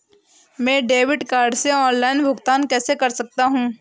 मैं debit card से online भुगतान कैसे कर सकता हूँ?